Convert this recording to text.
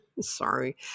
Sorry